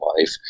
life